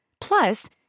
Plus